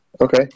Okay